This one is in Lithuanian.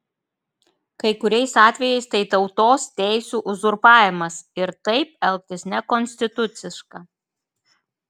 kai kuriais atvejais tai tautos teisių uzurpavimas ir taip elgtis nekonstituciška